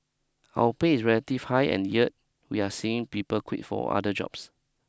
our pay is relative high and yet we're seeing people quit for other jobs